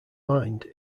mind